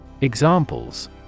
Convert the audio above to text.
Examples